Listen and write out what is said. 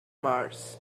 mars